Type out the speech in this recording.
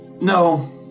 No